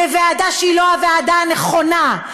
בוועדה שהיא לא הוועדה הנכונה,